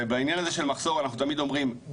בעניין הזה של מחסור אנחנו תמיד אומרים,